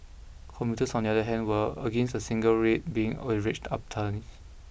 commuters on the other hand were against a single rate being averaged